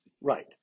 Right